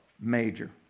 Major